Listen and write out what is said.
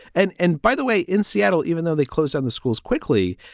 and and by the way, in seattle, even though they closed down the schools quickly,